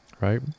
right